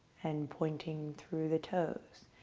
and pointing through the toes.